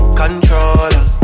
controller